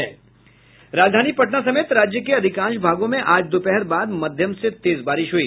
राजधानी पटना समेत राज्य के अधिकांश भागों में आज दोपहर बाद मध्यम से तेज बारिश हुई